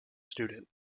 student